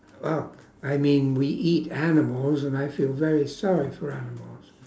well I mean we eat animals and I feel very sorry for animals